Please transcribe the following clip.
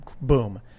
boom